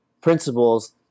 principles